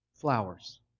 flowers